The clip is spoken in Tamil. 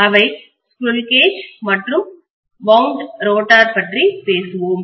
அவை ஸ்குரில் கேஜ் மற்றும் வவ்ண்ட் ரோட்டார் பற்றி பேசுவோம்